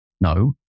No